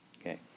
Okay